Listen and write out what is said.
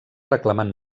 reclamant